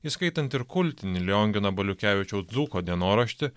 įskaitant ir kultinį liongino baliukevičiaus dzūko dienoraštį